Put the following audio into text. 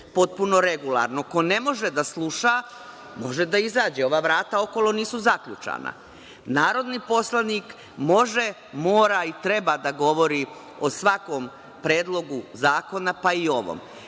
potpuno regularno. Ako ne može da sluša, može da izađe, ova vrata okolo nisu zaključana. Narodni poslanik može, mora i treba da govori o svakom predlogu zakona, pa i o ovom.